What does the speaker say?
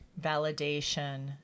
validation